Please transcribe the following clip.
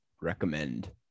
recommend